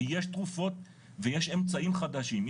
ויש תרופות ויש אמצעים חדשים,